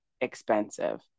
expensive